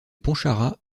pontcharra